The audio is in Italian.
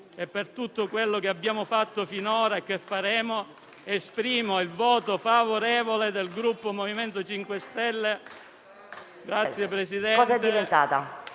e per tutto quello che abbiamo fatto finora e che faremo esprimo il voto favorevole del Gruppo MoVimento 5 Stelle.